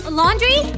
laundry